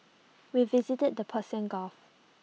we visited the Persian gulf